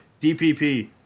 DPP